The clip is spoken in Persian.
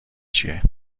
چیه